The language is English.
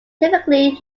typically